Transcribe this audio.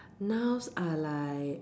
nouns are like